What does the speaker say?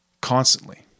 constantly